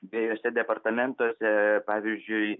dviejuose departamentuose pavyzdžiui